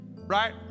Right